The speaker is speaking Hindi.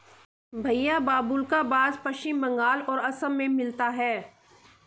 भईया बाबुल्का बास पश्चिम बंगाल और असम में मिलता है